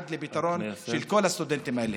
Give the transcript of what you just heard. האלה עד לפתרון של כל הסטודנטים האלה.